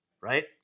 right